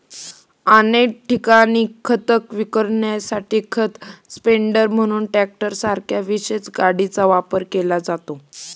अनेक ठिकाणी खत विखुरण्यासाठी खत स्प्रेडर म्हणून ट्रॅक्टरसारख्या विशेष गाडीचा वापर केला जातो